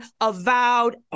avowed